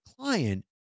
client